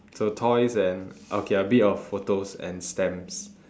so toys and okay a bit of photos and stamps